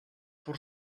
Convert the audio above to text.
por